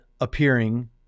appearing